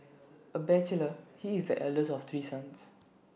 A bachelor he is the eldest of three sons